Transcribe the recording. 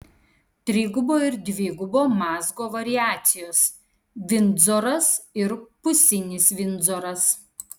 trigubo ir dvigubo mazgo variacijos vindzoras ir pusinis vindzoras